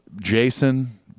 Jason